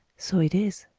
so it is.